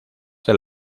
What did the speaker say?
del